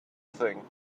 thing